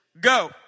Go